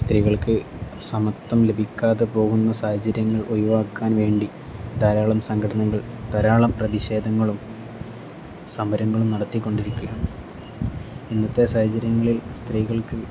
സ്ത്രീകൾക്ക് സമത്വം ലഭിക്കാതെ പോകുന്ന സാഹചര്യങ്ങൾ ഒഴിവാക്കാൻ വേണ്ടി ധാരാളം സംഘടനകൾ ധാരാളം പ്രതിഷേധങ്ങളും സമരങ്ങളും നടത്തിക്കൊണ്ടിരിക്കുകയാണ് ഇന്നത്തെ സാഹചര്യങ്ങളിൽ സ്ത്രീകൾക്ക്